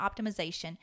optimization